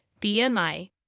BMI